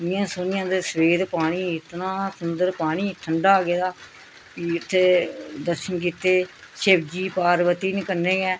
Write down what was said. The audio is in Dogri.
इन्नियां सौह्नियां ते शरीर पानी इतना सुंदर पानी ठंडा गेदा तीर्थ दर्शन कीते शिवजी पार्वती कन्नै गै